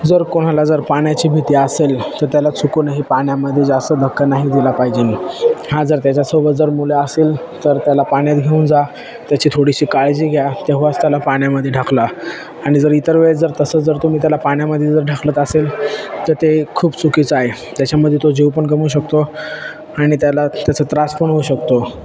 जर कोणाला जर पाण्याची भीती असेल तर त्याला चुकूनही पाण्यामध्ये जास्त धक्का नाही दिला पाहिजे हां जर त्याच्यासोबत जर मुलं असेल तर त्याला पाण्यात घेऊन जा त्याची थोडीशी काळजी घ्या तेव्हाच त्याला पाण्यामध्ये ढकला आणि जर इतर वेळेस जर तसं जर तुम्ही त्याला पाण्यामध्ये जर ढकलत असेल तर ते खूप चुकीचं आहे त्याच्यामध्ये तो जीव पण गमावू शकतो आणि त्याला त्याचा त्रास पण होऊ शकतो